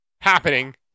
happening